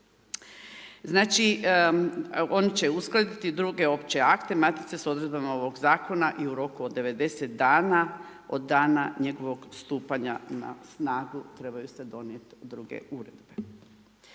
Znači on će uskladiti druge opće akte matice s odredbama ovog zakona i u roku od 90 dana od dana njegovog stupanja na snagu, trebaju se donijeti druge uredbe.